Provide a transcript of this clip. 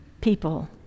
people